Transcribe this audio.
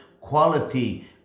quality